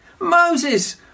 Moses